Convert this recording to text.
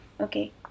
okay